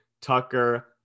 Tucker